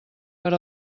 per